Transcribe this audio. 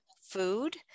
food